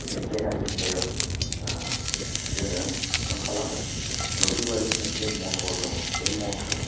बिग्यािनारि मुगायाव जोङो मा खालामो मोब्लिबारि मोनसे मटर दङ बे मटर